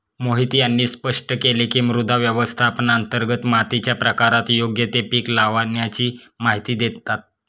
मोहित यांनी स्पष्ट केले की, मृदा व्यवस्थापनांतर्गत मातीच्या प्रकारात योग्य ते पीक लावाण्याची माहिती देतात